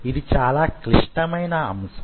ఇది చాలా క్లిష్టమైన అంశం